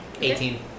Eighteen